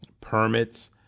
permits